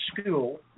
school